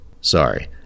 sorry